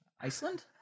Iceland